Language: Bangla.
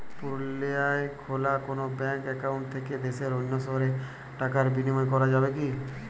পুরুলিয়ায় খোলা কোনো ব্যাঙ্ক অ্যাকাউন্ট থেকে দেশের অন্য শহরে টাকার বিনিময় করা যাবে কি?